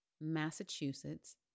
Massachusetts